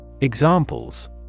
Examples